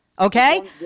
Okay